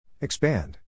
Expand